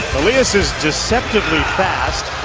elias is deceptively fast.